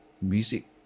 music